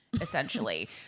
essentially